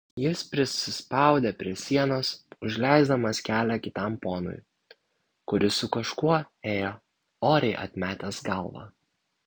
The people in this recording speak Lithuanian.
jis prisispaudė prie sienos užleisdamas kelią kitam ponui kuris su kažkuo ėjo oriai atmetęs galvą